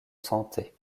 santé